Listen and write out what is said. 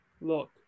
Look